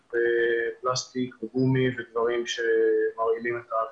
ופלסטיק וגומי שדברים שמרעילים את האוויר.